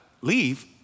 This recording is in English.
leave